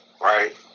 right